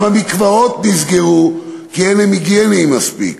גם המקוואות נסגרו, כי אין הם 'היגייניים' מספיק,